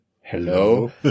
hello